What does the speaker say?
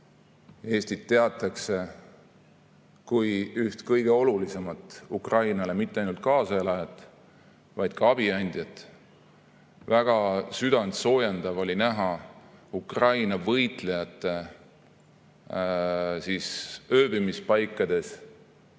Eestit teatakse kui üht kõige olulisemat Ukrainale mitte ainult kaasaelajat, vaid ka abi andjat. Väga südantsoojendav oli näha Ukraina võitlejate ööbimispaikades